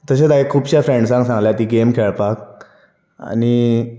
तशेंच हांवेंन खुबश्या फ्रेंडांक सांगल्या ती गेम खेळपाक आनी खूब बरी गेम आहा ती